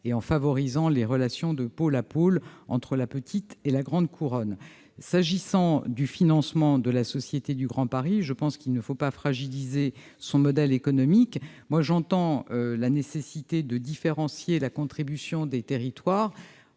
et en favorisant les relations de pôle à pôle entre la petite et la grande couronne. S'agissant du financement de la Société du Grand Paris, je pense qu'il ne faut pas fragiliser son modèle économique. J'entends la nécessité de différencier la contribution des territoires,